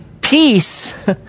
peace